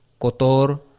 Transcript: Kotor